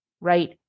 right